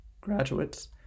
graduates